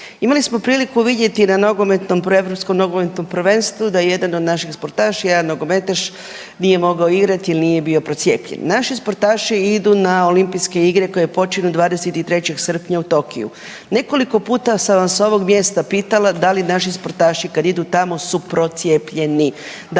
Imali smo priliku vidjeti na Europskom nogometnom prvenstvu da je jedan od naših sportaša, jedan nogometaš nije mogao igrati jer nije bio procijepljen. Naši sportaši idu na olimpijske igre koje počinju 23. srpnja u Tokiju, nekoliko puta sam vas s ovog mjesta pitala da li naši sportaši kad idu tamo su procijepljeni.